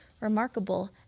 remarkable